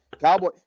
Cowboy